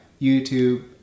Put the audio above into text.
YouTube